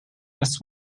this